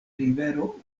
rivero